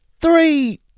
three